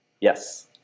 Yes